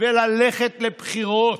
וללכת לבחירות.